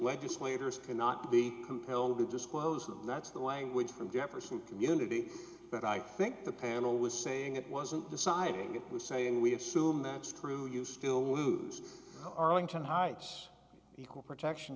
legislators cannot be compelled to disclose them that's the language from jefferson community but i think the panel was saying it wasn't deciding it was saying we assume that's true you still lose arlington heights equal protection